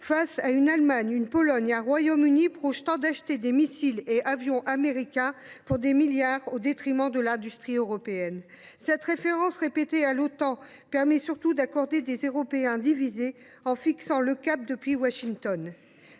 face à une Allemagne, une Pologne et un Royaume Uni projetant d’acheter des missiles et avions américains pour des milliards d’euros au détriment de l’industrie européenne… Cette référence répétée à l’Otan permet surtout d’accorder des Européens divisés en fixant le cap depuis Washington.